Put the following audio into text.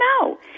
no